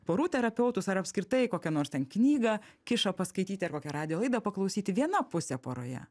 porų terapeutus ar apskritai į kokią nors ten knygą kiša paskaityti ar kokią radijo laidą paklausyti viena pusė poroje